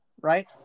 right